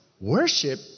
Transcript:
worship